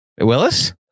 Willis